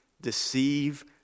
deceive